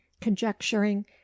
conjecturing